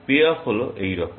pay off হল এইরকম